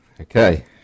Okay